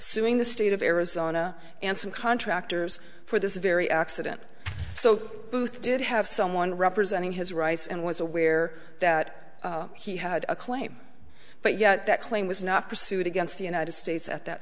suing the state of arizona and some contractors for this very accident so booth did have someone representing his rights and was aware that he had a claim but yet that claim was not pursued against the united states at that